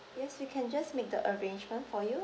yes we can just make the arrangement for you